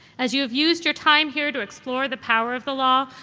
as you've used your time here to explore the power of the law,